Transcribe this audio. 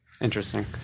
Interesting